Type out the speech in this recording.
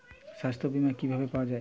সাস্থ্য বিমা কি ভাবে পাওয়া যায়?